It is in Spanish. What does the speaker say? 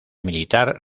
militar